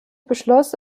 beschloss